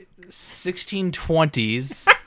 1620s